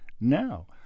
now